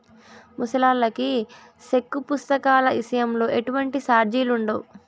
ముసలాల్లకి సెక్కు పుస్తకాల ఇసయంలో ఎటువంటి సార్జిలుండవు